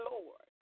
Lord